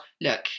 Look